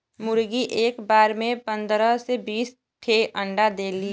मुरगी एक बार में पन्दरह से बीस ठे अंडा देली